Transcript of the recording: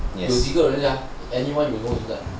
有几个人 sia anyone you know inside